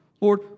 Lord